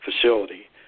facility